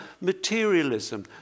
materialism